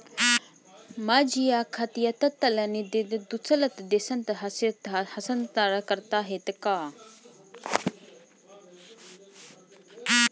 माझ्या खात्यातील निधी दुसऱ्या देशात हस्तांतर करता येते का?